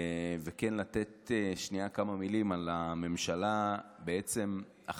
וכן לתת כמה מילים על הממשלה החזקה,